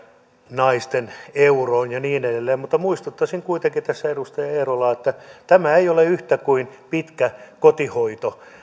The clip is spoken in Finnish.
naisten euroon ja niin edelleen mutta muistuttaisin kuitenkin tässä edustaja eerolaa että tämä ei ole yhtä kuin pitkä kotihoito